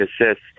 assists